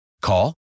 Call